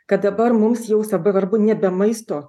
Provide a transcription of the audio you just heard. kad dabar mums jau saba varbu nebe maisto